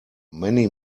many